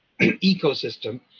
ecosystem